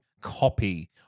copy